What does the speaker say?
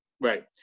Right